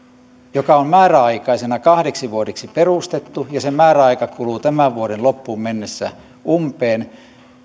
joka on määräaikaisena kahdeksi vuodeksi perustettu ja jonka määräaika kuluu tämän vuoden loppuun mennessä umpeen